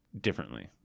differently